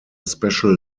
special